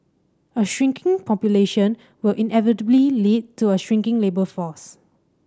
a shrinking population will inevitably lead to a shrinking labour force